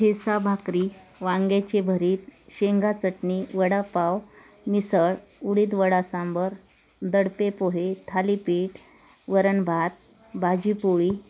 ठेचा भाकरी वांग्याचे भरीत शेंगा चटणी वडापाव मिसळ उडीद वडा सांबर दडपे पोहे थालीपीठ वरण भात भाजीपोळी